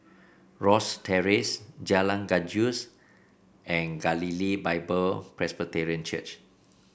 Rosyth Terrace Jalan Gajus and Galilee Bible Presbyterian Church